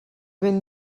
ben